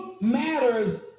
matters